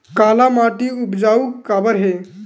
काला माटी उपजाऊ काबर हे?